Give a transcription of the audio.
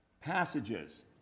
passages